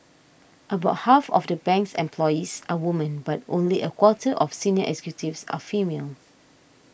about half of the bank's employees are women but only a quarter of senior executives are female